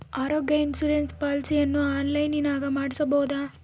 ಆರೋಗ್ಯ ಇನ್ಸುರೆನ್ಸ್ ಪಾಲಿಸಿಯನ್ನು ಆನ್ಲೈನಿನಾಗ ಮಾಡಿಸ್ಬೋದ?